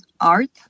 art